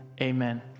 amen